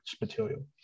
material